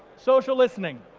social listening,